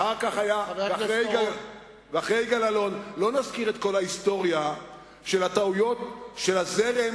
אחרי יגאל אלון לא נזכיר את כל ההיסטוריה של הטעויות של הזרם